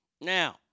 Now